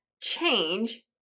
change